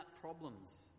problems